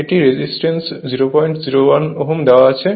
এটির রেজিসটেন্সটি 001Ω দেওয়া আছে